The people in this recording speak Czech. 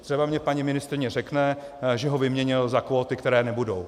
Třeba mi paní ministryně řekne, že ho vyměnil za kvóty, které nebudou.